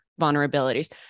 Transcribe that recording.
vulnerabilities